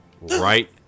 right